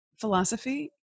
philosophy